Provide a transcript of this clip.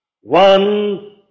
one